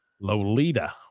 Lolita